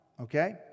Okay